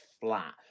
flat